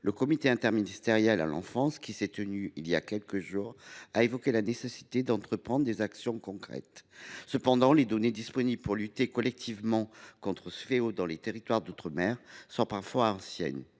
Le comité interministériel à l’enfance, qui s’est tenu voilà quelques jours, a évoqué la nécessité d’entreprendre des actions concrètes. Cependant, les données disponibles pour lutter collectivement contre ce fléau dans les territoires d’outre mer sont parfois anciennes.